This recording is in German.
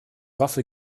waffe